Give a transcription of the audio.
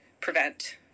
prevent